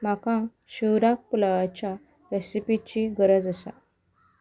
म्हाका शिवराक पुलावाच्या रॅसिपीची गरज आसा